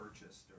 purchased